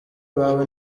wawe